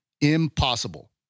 impossible